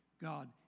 god